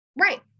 Right